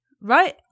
Right